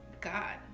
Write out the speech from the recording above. God